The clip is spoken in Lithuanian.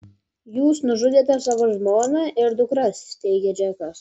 jūs nužudėte savo žmoną ir dukras teigia džekas